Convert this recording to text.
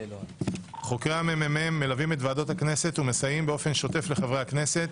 חוקרי המ.מ.מ מלווים את ועדות הכנסת ומסייעים באופן שוטף לחברי הכנסת,